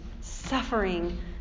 suffering